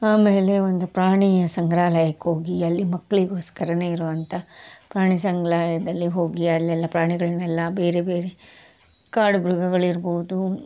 ಆಮೇಲೆ ಒಂದು ಪ್ರಾಣಿಯ ಸಂಗ್ರಹಾಲಯಕ್ಕೆ ಹೋಗಿ ಅಲ್ಲಿ ಮಕ್ಕಳಿಗೋಸ್ಕರನೇ ಇರೋವಂಥ ಪ್ರಾಣಿ ಸಂಗ್ರಹಾಲಯದಲ್ಲಿ ಹೋಗಿ ಅಲ್ಲೆಲ್ಲ ಪ್ರಾಣಿಗಳನ್ನೆಲ್ಲ ಬೇರೆ ಬೇರೆ ಕಾಡು ಮೃಗಗಳಿರ್ಬೋದು